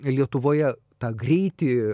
lietuvoje tą greitį